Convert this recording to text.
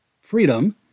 freedom